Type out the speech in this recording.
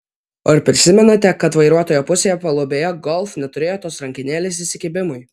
o ar prisimenate kad vairuotojo pusėje palubėje golf neturėjo tos rankenėles įsikibimui